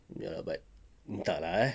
ya but entah lah eh